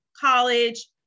college